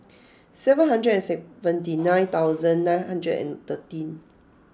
seven hundred and seventy nine thousand nine hundred and thirteen